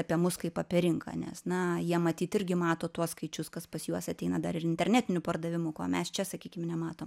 apie mus kaip apie rinką nes na jie matyt irgi mato tuos skaičius kas pas juos ateina dar ir internetinių pardavimų ko mes čia sakykim nematom